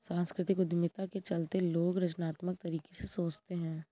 सांस्कृतिक उद्यमिता के चलते लोग रचनात्मक तरीके से सोचते हैं